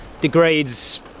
degrades